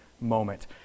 moment